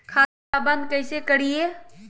खाता बंद कैसे करिए?